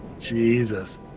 Jesus